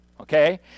okay